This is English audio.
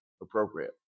appropriate